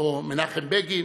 או מנחם בגין